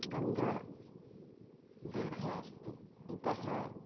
गङ्गा दीर्घा अस्ति इतः